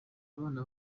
abana